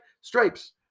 Stripes